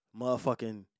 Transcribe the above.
Motherfucking